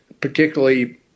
particularly